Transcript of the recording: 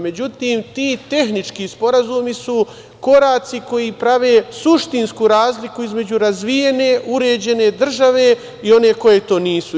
Međutim, ti tehnički sporazumi su koraci koji prave suštinsku razliku između razvijene, uređene države i one koja to nije.